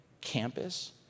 campus